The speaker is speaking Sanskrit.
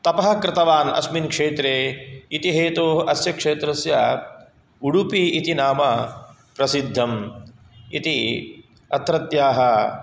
तपः कृतवान् अस्मिन् क्षेत्रे इति हेतोः अस्य क्षेत्रस्य उडुपि इति नाम प्रसिद्धम् इति अत्रत्याः